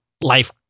life